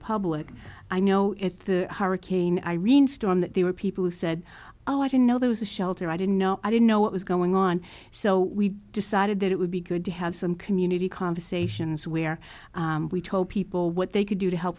public i know it the hurricane irene storm that there were people who said oh i didn't know there was a shelter i didn't know i didn't know what was going on so we decided that it would be good to have some community conversations where we told people what they could do to help